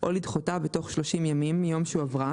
או לדחותה בתוך 30 ימים מיום שהועברה